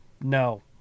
No